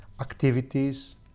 activities